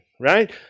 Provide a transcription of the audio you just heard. right